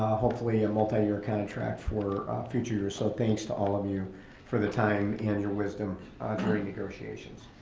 hopefully, a multi-year contract for future years. so thanks to all of you for the time and your wisdom during negotiations.